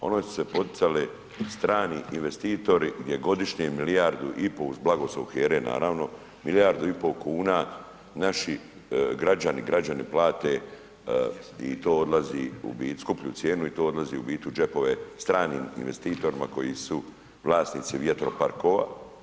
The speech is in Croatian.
Ono su se poticale strani investitori, gdje godišnje milijardu i pol, uz blagoslov HERA-e naravno, milijardu i pol kuna naši građani i građanke plate i to odlaze u skuplju cijenu, i to odlazi u biti u džepove stranim investitori, koji su vlasnici vjetroparkova.